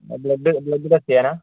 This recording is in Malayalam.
ബ്ലഡ് ബ്ലഡ് ടെസ്റ്റ് ചെയ്യാനാ